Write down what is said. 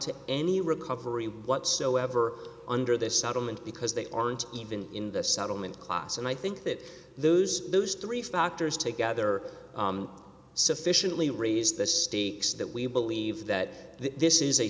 to any recovery whatsoever under this settlement because they aren't even in the settlement class and i think that those those three factors together sufficiently raised the stakes that we believe that this is a